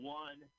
one